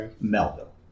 Melville